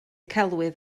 celwydd